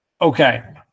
okay